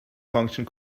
function